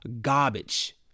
garbage